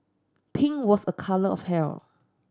pink was a colour of health